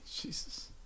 Jesus